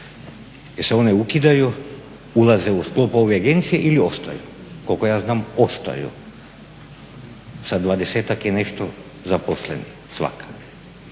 se one ukidaju, ulaze u sklop ove agencije ili ostaju? Koliko ja znam ostaju sa 20-ak i nešto zaposlenih svaka.